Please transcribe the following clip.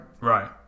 Right